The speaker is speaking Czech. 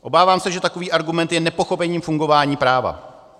Obávám se, že takový argument je nepochopením fungování práva.